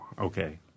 okay